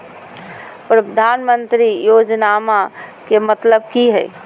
प्रधानमंत्री योजनामा के मतलब कि हय?